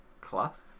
Class